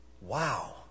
Wow